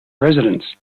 residence